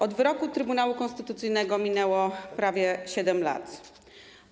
Od wyroku Trybunału Konstytucyjnego minęło prawie 7 lat.